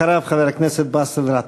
אחריו, חבר הכנסת באסל גטאס.